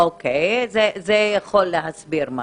זה יכול להסביר משהו.